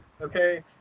okay